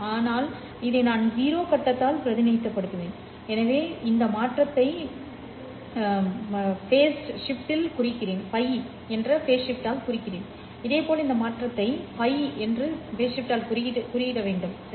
எனவே இதை நான் 0 கட்டத்தால் பிரதிநிதித்துவப்படுத்துகிறேன் எனவே இந்த மாற்றத்தை by ஆல் குறிக்கிறேன் π இதேபோல் இந்த மாற்றத்தை π சரி